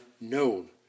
known